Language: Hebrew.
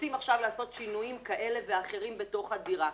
רוצים לעשות שינויים כאלה ואחרים בדירה.